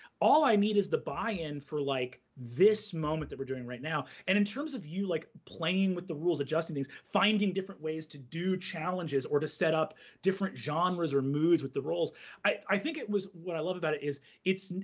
all i need is the buy in for like this moment that we're doing right now. and in terms of you like playing with the rules, adjusting things, finding different ways to do challenges or to set up different genres or moods with the rolls i think what i love about it is it's,